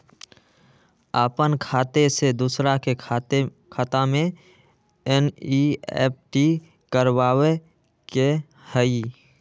अपन खाते से दूसरा के खाता में एन.ई.एफ.टी करवावे के हई?